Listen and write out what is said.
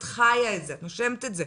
את חיה את זה, את נושמת את זה.